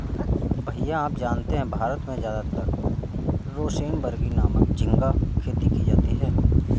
भैया आप जानते हैं भारत में ज्यादातर रोसेनबर्गी नामक झिंगा खेती की जाती है